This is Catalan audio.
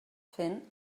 fent